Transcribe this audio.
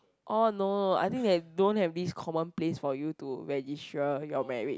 oh no I think they don't have this common place for you to register your marriage